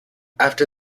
after